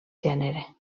gènere